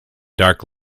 dark